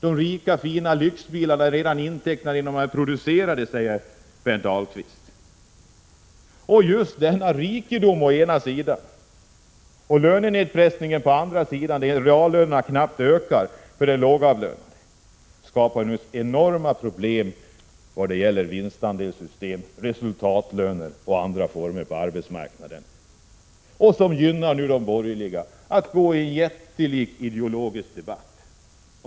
De fina lyxbilarna är intecknade redan innan de är producerade, säger Berndt Ahlqvist. Just denna rikedom å ena sidan och lönenedpressningen å den andra, när reallönerna för den lågavlönade knappt ökar alls, skapar enorma problem liksom vinstandelssystem, resultatlöner och andra förmåner på arbetsmarknaden. De borgerliga gynnas av detta och går in i en jättelik ideologisk debatt.